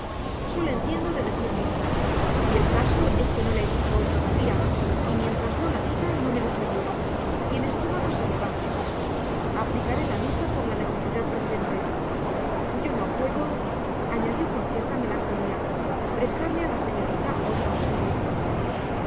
sólo entiendo de decir misa y el caso es que no la he dicho hoy todavía y mientras no la diga no me desayuno y el estómago se me va aplicaré la misa por la necesidad presente yo no puedo añadió con cierta melancolía prestarle a la señorita otro auxilio